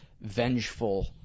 vengeful